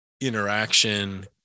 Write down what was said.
interaction